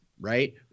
right